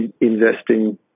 investing